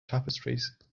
tapestries